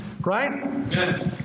Right